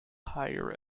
higher